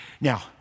Now